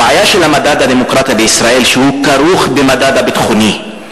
הבעיה של מדד הדמוקרטיה בישראל היא שהוא כרוך במדד הביטחוני.